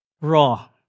Raw